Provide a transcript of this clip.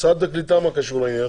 משרד הקליטה מה קשור לעניין?